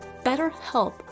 BetterHelp